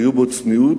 היו בו צניעות,